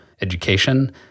education